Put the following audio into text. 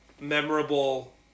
memorable